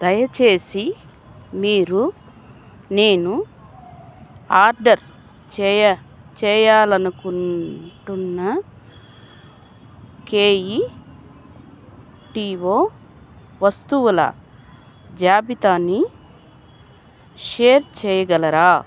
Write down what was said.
దయచేసి మీరు నేను ఆర్డర్ చేయాలి అనుకుంటున్న కేఈటీఓ వస్తువుల జాబితాని షేర్ చేయగలరా